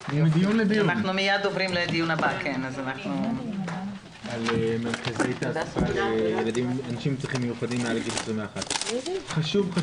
11:31.